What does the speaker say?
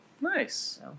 Nice